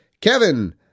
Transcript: Kevin